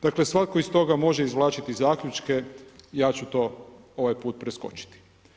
Dakle svatko iz toga može izvlačiti zaključke, ja ć uto ovaj put preskočiti.